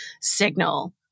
signal